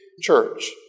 church